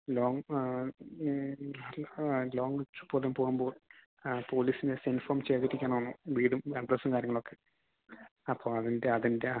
long ആ long ട്രിപ്പൊക്കെ പോകുമ്പോൾ പോലീസിനെ ഇൻഫോം ചെയ്തിരിക്കണം എന്നും വീടും അഡ്രസ്സും കാര്യങ്ങളൊക്കെ അപ്പോൾ അതിൻ്റെ അതിൻ്റെ